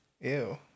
Ew